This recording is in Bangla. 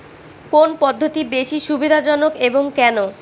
কোন পদ্ধতি বেশি সুবিধাজনক এবং কেন?